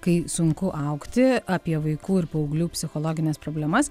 kai sunku augti apie vaikų ir paauglių psichologines problemas